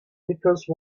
because